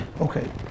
Okay